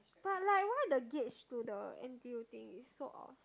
but like why the gauge to the N_T_U thing is so off